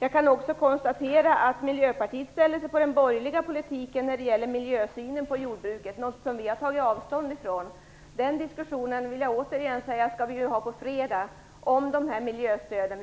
Jag kan också konstatera att Miljöpartiet ställer sig på den borgerliga sidan när det gäller miljösynen på jordbruket. Det är något vi har tagit avstånd ifrån. Den diskussionen, vill jag återigen säga, skall vi ju ha på fredag, där vi skall diskutera miljöstöden.